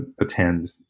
attend